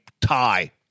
tie